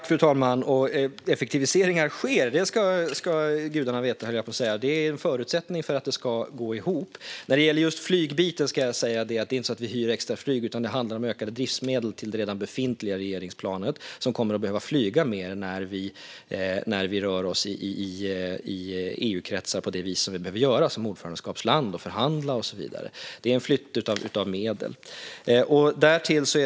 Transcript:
Fru talman! Effektiviseringar sker. Det ska gudarna veta. Det är en förutsättning för att det ska gå ihop. När det gäller just detta med flyget ska jag säga att det alltså inte är så att vi hyr extra flyg, utan det handlar om ökade driftsmedel till det befintliga regeringsplanet, som kommer att behöva flyga mer när vi rör oss i EU-kretsar på det vis som vi behöver som ordförandeskapsland som ska leda förhandlingar och så vidare. Det är en flytt av medel.